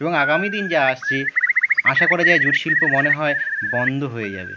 এবং আগামী দিন যা আসছে আশা করা যায় জুট শিল্প মনে হয় বন্ধ হয়ে যাবে